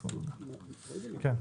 נכון.